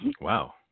Wow